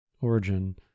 origin